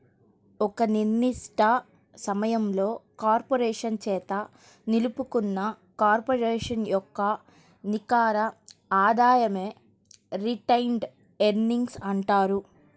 ఒక నిర్దిష్ట సమయంలో కార్పొరేషన్ చేత నిలుపుకున్న కార్పొరేషన్ యొక్క నికర ఆదాయమే రిటైన్డ్ ఎర్నింగ్స్ అంటారు